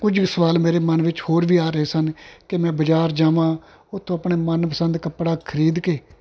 ਕੁਝ ਸਵਾਲ ਮੇਰੇ ਮਨ ਵਿੱਚ ਹੋਰ ਵੀ ਆ ਰਹੇ ਸਨ ਕਿ ਮੈਂ ਬਾਜ਼ਾਰ ਜਾਵਾਂ ਉਹ ਤੋਂ ਆਪਣੇ ਮਨ ਪਸੰਦ ਕੱਪੜਾ ਖਰੀਦ ਕੇ